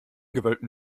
gewölbten